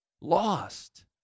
lost